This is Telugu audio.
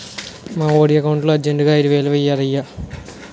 మావోడి ఎకౌంటులో అర్జెంటుగా ఐదువేలు వేయిరయ్య